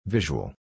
Visual